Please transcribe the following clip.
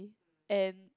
and